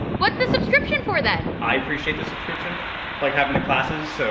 what's the subscription for, then? i appreciate the subscription, like having the classes, so,